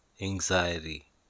anxiety